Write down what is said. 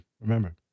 Remember